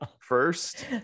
first